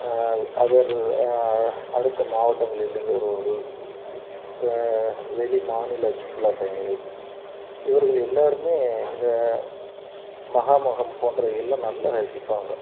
அதை அடுத்த மாவட்டங்களில் இருந்து வருபவர்கள் வெளி மாநிலச் சுற்றுலா பயணிகள் இவர்கள் எல்லாரும் இங்கே மகாமகம் போன்றவைகளில் நல்லா ரசிப்பாங்க